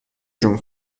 جون